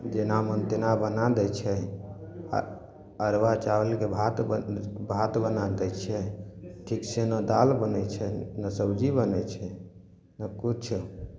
जेना मन तेना बना दै छै आ अरवा चावलके भात भात बना दै छियै ठीक से ने दालि बनै छै ने सब्जी बनै छै ने किछु